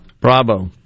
Bravo